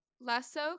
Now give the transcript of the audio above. Lasso